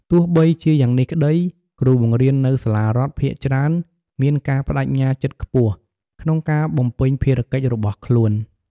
ទោះបីជាយ៉ាងនេះក្តី គ្រូបង្រៀននៅសាលារដ្ឋភាគច្រើនមានការប្តេជ្ញាចិត្តខ្ពស់ ក្នុងការបំពេញភារកិច្ចរបស់ខ្លួន។